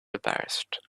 embarrassed